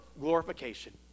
glorification